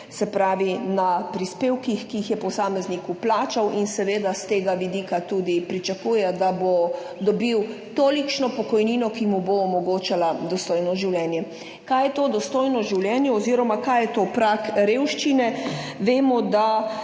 se pravi na prispevkih, ki jih je posameznik vplačal in seveda s tega vidika tudi pričakuje, da bo dobil tolikšno pokojnino, ki mu bo omogočala dostojno življenje. Kaj je to dostojno življenje oziroma kaj je to prag revščine? Vemo, da